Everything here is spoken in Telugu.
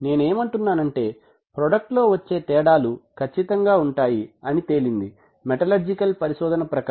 నేనేం అంటున్నానంటే ప్రోడక్ట్ లో వచ్చే తేడాలు కచ్చితంగా ఉంటాయి అని తేలింది మెటలర్జికల్ పరిశోధన ప్రకారం